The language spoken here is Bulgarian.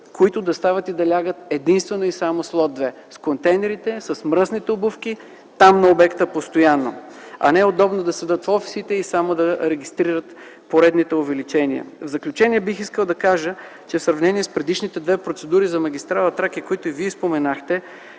които да стават и да лягат единствено и само с лот 2 – с контейнерите, с мръсните обувки, там, на обекта постоянно! А не удобно да седят в офисите и само да регистрират поредните увеличения. В заключение бих искал да кажа, че в сравнение с предишните две процедури за магистрала „Тракия”, които и Вие споменахте,